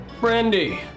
Brandy